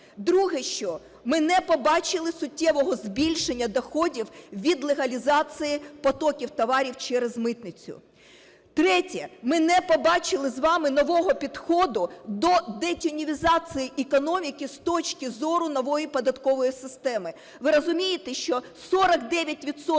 Друге. Що ми не побачили суттєвого збільшення доходів від легалізації потоків товарів через митницю. Третє. Ми не побачили з вами нового підходу до детінізації економіки з точки зору нової податкової системи. Ви розумієте, що 49